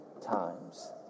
times